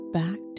back